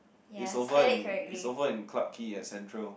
it's over in it's over in Clarke Quay at Central